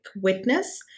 witness